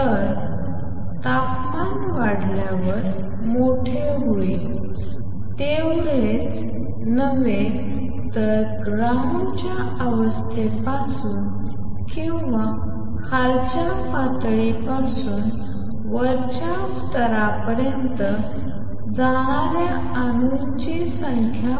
तर तापमान वाढल्यावर u मोठे होईल एवढेच नव्हे तर ग्राउंड च्या अवस्थेपासून किंवा खालच्या पातळीपासून वरच्या स्तरापर्यंत जाणाऱ्या अणूंची संख्या वाढते